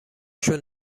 شون